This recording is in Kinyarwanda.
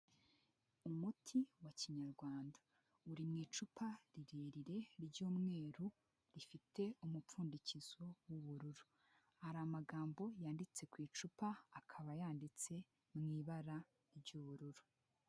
Umuti wa kinyarwanda, uri mu icupa rirerire ry'umweru rifite umupfundikizo w'ubururu, hari amagambo yanditse ku icupa akaba yanditse mu ibara ry'ubururu.